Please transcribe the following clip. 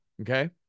okay